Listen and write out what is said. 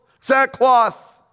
sackcloth